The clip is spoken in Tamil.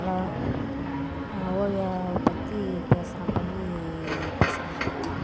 அலோ நாங்கள் ஓவியா பற்றி பேசுகிறோம் பள்ளி பசங்களை பற்றி